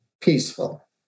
peaceful